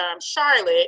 Charlotte